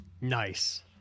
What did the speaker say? Nice